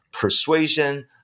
persuasion